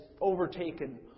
overtaken